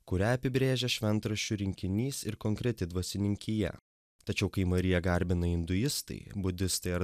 kurią apibrėžia šventraščių rinkinys ir konkreti dvasininkija tačiau kai mariją garbina induistai budistai ar